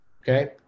okay